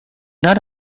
not